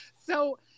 So-